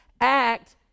act